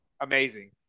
amazing